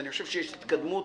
אני חושב שיש התקדמות.